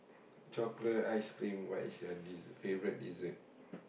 chocolate ice-cream what is your favourite dessert